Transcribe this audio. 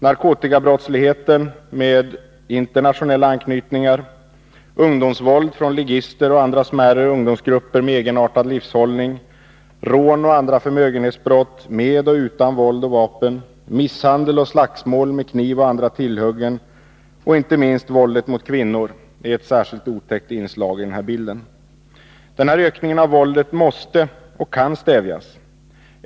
Narkotikabrottsligheten med internationella anknytningar, ungdomsvåld från ligister och andra smärre ungdomsgrupper med egenartad livshållning, rån och andra förmögenhetsbrott med och utan våld och vapen, misshandel och slagsmål med kniv och andra tillhyggen samt inte minst våldet mot kvinnor är ett särskilt otäckt inslag i denna bild. Denna ökning av våldet måste och kan stävjas.